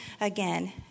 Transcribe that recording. again